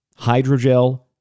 hydrogel